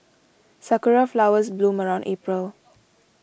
sakura flowers bloom around April